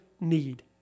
need